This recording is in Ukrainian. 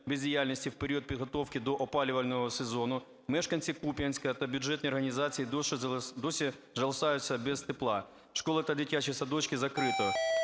бездіяльності в період підготовки до опалювального сезону мешканці Куп'янська та бюджетні організації досі залишаються без тепла. Школи та дитячі садочки закрито.